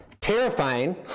terrifying